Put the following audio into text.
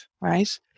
right